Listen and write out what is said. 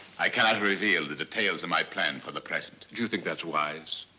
i cannot reveal the details of my plan for the present. do you think that's wise?